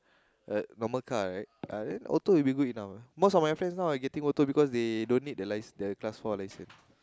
what normal car right ah then auto is good enough most of my friends now are getting auto because they don't need the lie the class four licence